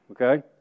okay